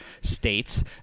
states